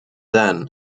then